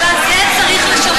בגלל זה צריך לשנות את החוק.